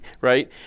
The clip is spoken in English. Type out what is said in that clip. right